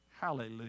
Hallelujah